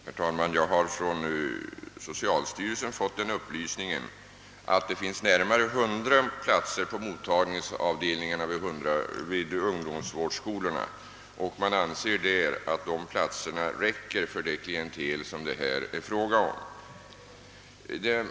Herr talman! Jag har från socialstyrelsen fått den upplysningen att det finns närmare 100 platser på mottagningsavdelningarna vid ungdomsvårdsskolorna, och man anser att dessa platser räcker för det klientel som det är fråga om.